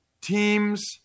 teams